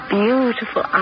beautiful